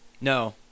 No